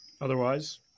Otherwise